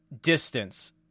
distance